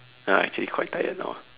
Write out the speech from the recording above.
uh actually quite tired now ah